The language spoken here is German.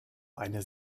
eine